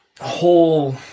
whole